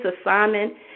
assignment